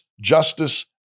justice